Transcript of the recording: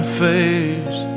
face